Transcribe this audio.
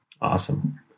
Awesome